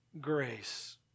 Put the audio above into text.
grace